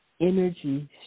energy